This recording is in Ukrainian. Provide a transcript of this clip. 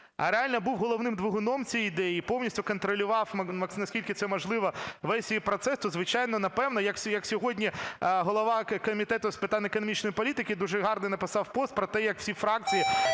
реально був двигуном цієї ідеї і повністю контролював, наскільки це можливо, весь її процес, то, звичайно, напевно… Як сьогодні голова Комітету з питань економічної політики дуже гарний написав пост про те, як всі фракції